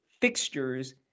fixtures